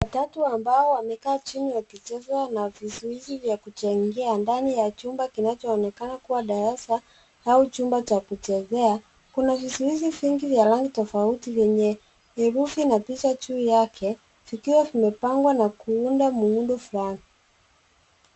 Watoto watatu ambao wamekaa chini wakicheza na vizuizi vya kujengea ndani ya chumba kinachoonekana kuwa darasa au chumba cha kuchezea. Kuna vizuizi vingi vya rangi tofauti venye herufi na picha juu yake vikiwa vimepangwa na kuunda muundo fulani.